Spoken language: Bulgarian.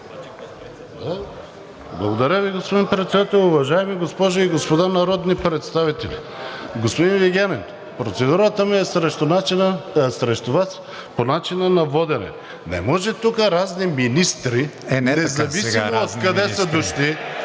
Благодаря Ви, господин Председател. Уважаеми госпожи и господа народни представители! Господин Вигенин, процедурата ми е срещу Вас по начина на водене. Не може тук разни министри… ПРЕДСЕДАТЕЛ КРИСТИАН